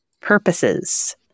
purposes